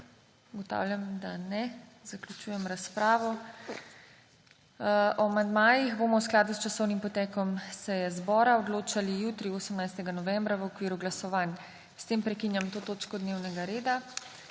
Ugotavljam, da ne. Zaključujem razpravo. O amandmajih bomo v skladu s časovnim potekom seje zbora odločali jutri, 18. novembra, v okviru glasovanj. S tem prekinjam to točko dnevnega reda.